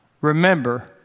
remember